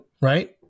right